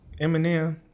Eminem